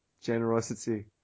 Generosity